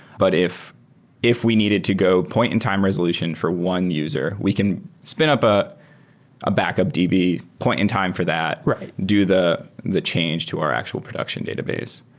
but if if we needed to go point in time resolution for one user, we can spin up a ah backup db point in time for that. do the the change to our actual production database.